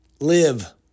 Live